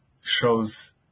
shows